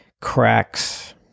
cracks